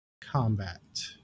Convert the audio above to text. combat